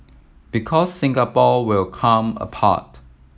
because Singapore will come apart